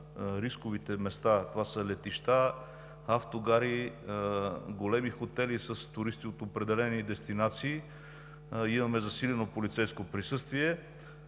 рисковите места – летища, автогари, големи хотели с туристи от определени дестинации, имаме засилено полицейско присъствие.